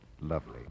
lovely